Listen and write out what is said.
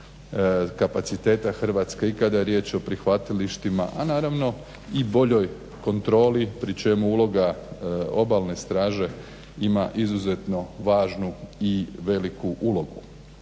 kapaciteta Hrvatske i kada je riječ o prihvatilištima, a naravno i boljoj kontroli pri čemu uloga obalne straže ima izuzetno važnu i veliku ulogu.